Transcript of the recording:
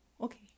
okay